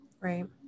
Right